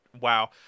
Wow